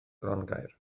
grongaer